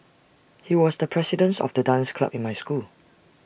he was the president of the dance club in my school